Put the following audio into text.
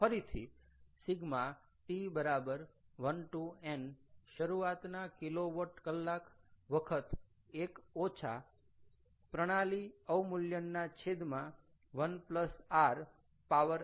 ફરીથી Ʃ t 1 to n શરૂઆતના kilowatt કલાક વખત 1 ઓછા પ્રણાલી અવમૂલ્યનના છેદમાં 1 rn